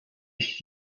ich